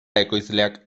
ekoizleak